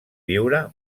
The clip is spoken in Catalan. viure